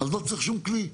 אז לא צריך שום כלי,